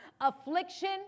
affliction